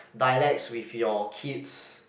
dialects with your kids